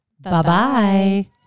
Bye-bye